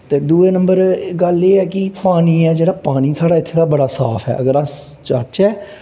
ते दूऐ नंबर गल्ल एह् ऐ कि पानी ऐ जेह्ड़ा पानी साढ़े इ'त्थें दा बड़ा साफ ऐ जेकर अस चाह्चै